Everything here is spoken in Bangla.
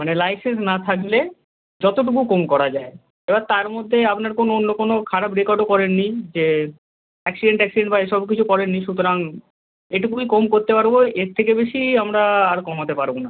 মানে লাইসেন্স না থাকলে যতটুকু কম করা যায় এবার তার মধ্যে আপনার কোনো অন্য কোনো খারাপ রেকর্ডও করেননি যে অ্যাক্সিডেন্ট ট্যাক্সিডেন্ট বা এসব কিছু করেননি সুতরাং এটুকুই কম করতে পারব এর থেকে বেশি আমরা আর কমাতে পারব না